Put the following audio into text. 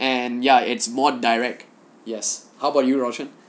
and ya it's more direct yes how about you rocient